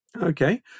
Okay